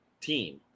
team